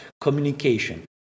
communication